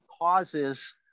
causes